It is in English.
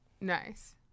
Nice